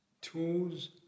tools